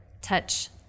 touch